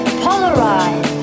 polarize